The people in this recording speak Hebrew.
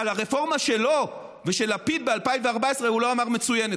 על הרפורמה שלו ושל לפיד ב-2014 הוא לא אמר "מצוינת",